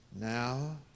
Now